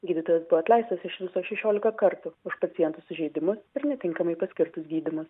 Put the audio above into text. gydytojas buvo atleistas iš viso šešiolika kartų už paciento sužeidimus ir netinkamai paskirtus gydymus